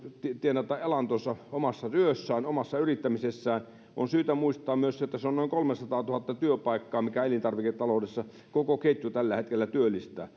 tienata elantonsa omassa työssään omassa yrittämisessään on syytä muistaa myös se että se on noin kolmesataatuhatta työpaikkaa minkä elintarviketarviketaloudessa koko ketju tällä hetkellä työllistää